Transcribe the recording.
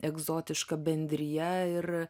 egzotiška bendrija ir